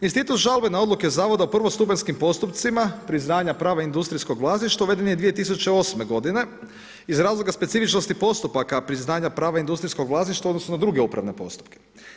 Institut žalbe na odluke Zavoda prvostupanjskim postupcima, priznanja, prava industrijskog vlasništva uveden je 2008. godine iz razloga specifičnosti postupaka priznanja prava industrijskog vlasništva odnosno na druge upravne postupke.